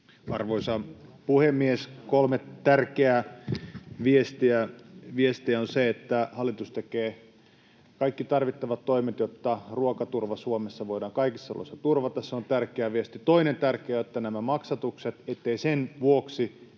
Arvoisa puhemies! Kolme tärkeää viestiä: Hallitus tekee kaikki tarvittavat toimet, jotta ruokaturva Suomessa voidaan kaikissa oloissa turvata — se on tärkeä viesti. Toinen tärkeä on, että nämä maksatukset saadaan kuntoon,